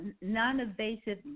non-invasive